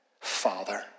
Father